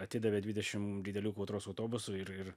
atidavė dvidešim didelių kautros autobusų ir ir